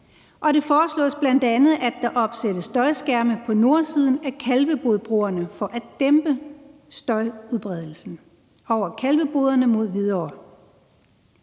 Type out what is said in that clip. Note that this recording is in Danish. og det foreslås bl.a., at der opsættes støjskærme på nordsiden af Kalvebodbroerne for at dæmpe støjudbredelsen over Kalveboderne mod Hvidovre.